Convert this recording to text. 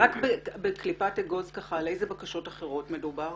רק בקליפת אגוז, על איזה בקשות אחרות מדובר